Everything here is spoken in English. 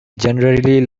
generally